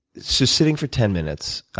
so sitting for ten minutes,